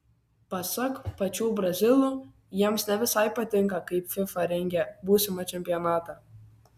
pasak pačių brazilų jiems ne visai patinka kaip fifa rengia būsimą čempionatą